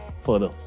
further